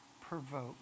provoke